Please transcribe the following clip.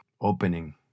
opening